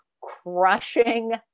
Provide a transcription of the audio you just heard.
crushing